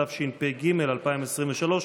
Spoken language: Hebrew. התשפ"ג 2023,